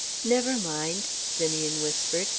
never mind, simeon whispered,